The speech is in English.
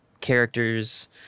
characters